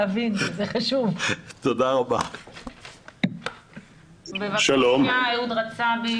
לעמותת איל"ן שמטפלת כ-70 שנה באנשים עם מוגבלויות עוד מתקופת הפוליו,